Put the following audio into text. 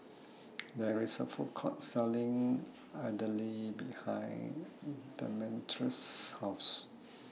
There IS A Food Court Selling Idili behind Demetrius' House